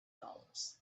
dollars